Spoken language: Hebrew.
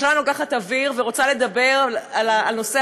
עכשיו אני לוקחת אוויר ורוצה לדבר על נושא